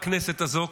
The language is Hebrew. בכנסת הזו,